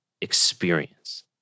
experience